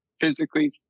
physically